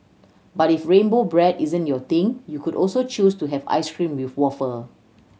but if rainbow bread isn't your thing you could also choose to have ice cream with wafer